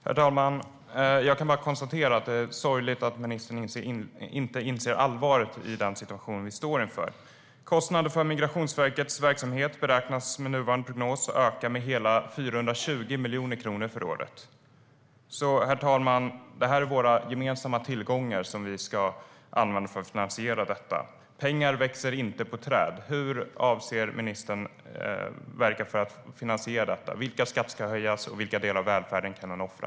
Herr talman! Det är sorgligt att ministern inte inser allvaret i den situation vi står inför. Kostnaden för Migrationsverkets verksamhet beräknas med nuvarande prognos öka med hela 420 miljoner kronor för året. Det är våra gemensamma tillgångar som vi ska använda för att finansiera detta. Pengar växer inte på träd. Hur avser ministern att verka för att finansiera detta? Vilka skatter ska höjas, och vilka delar av välfärden kan man offra?